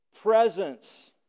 presence